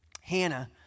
Hannah